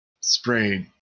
sprayed